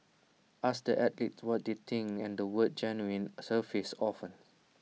ask the athletes what they think and the word genuine surfaces often